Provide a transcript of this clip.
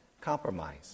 Compromise